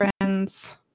friends